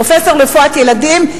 פרופסור לרפואת ילדים,